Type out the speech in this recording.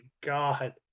god